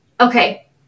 okay